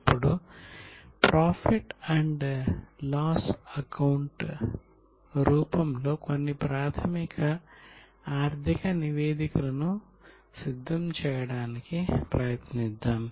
ఇప్పుడు profit and loss account రూపంలో కొన్ని ప్రాథమిక ఆర్థిక నివేదికలను సిద్ధం చేయడానికి ప్రయత్నిద్దాం